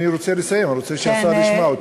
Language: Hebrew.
אני רוצה לסיים, אבל רוצה שהשר ישמע אותי.